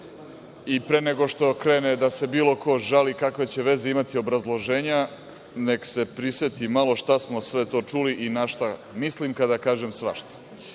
i pre nego što krene da se bilo ko žali kakve će veze imati obrazloženja, neka se priseti malo šta smo sve to čuli i našta mislim kada kažem – svašta.